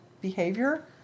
behavior